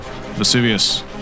Vesuvius